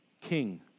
king